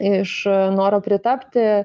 iš noro pritapti